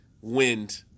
Wind